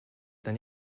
than